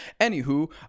Anywho